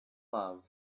love